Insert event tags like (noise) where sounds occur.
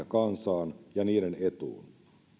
(unintelligible) kansaan ja niiden etuun